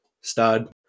stud